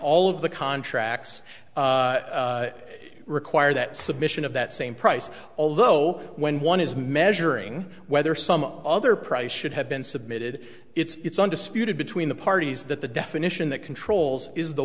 all of the contracts require that submission of that same price although when one is measuring whether some other price should have been submitted it's undisputed between the parties that the definition that controls is the